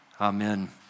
amen